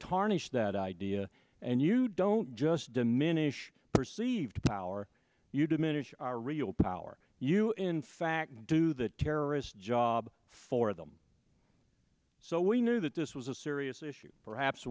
tarnish that idea and you don't just diminish perceive power you diminish real power you in fact do the terrorists job for them so we knew that this was a serious issue perhaps